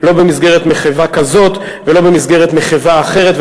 לא במסגרת מחווה כזאת ולא במסגרת מחווה אחרת.